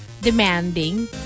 demanding